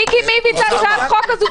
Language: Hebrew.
מיקי, מי הביא את הצעת החוק הזאת?